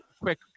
quick